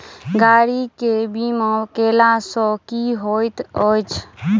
गाड़ी केँ बीमा कैला सँ की होइत अछि?